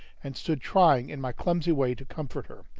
and stood trying in my clumsy way to comfort her,